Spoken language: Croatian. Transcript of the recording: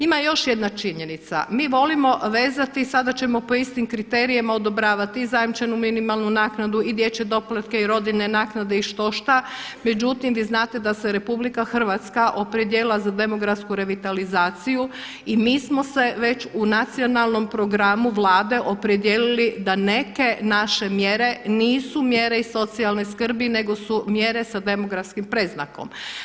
Ima još jedna činjenica, mi volimo vezati sada ćemo po istim kriterijima odobravati i zajamčenu minimalnu naknadu i dječje doplate i rodiljne naknade i štošta, međutim vi znate da se RH opredijelila za demografsku revitalizaciju i mi smo se već u nacionalnom programu Vlade opredijelili da neke naše mjere nisu mjere iz socijalne skrbi nego su mjere sa demografskim predznakom.